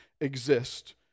exist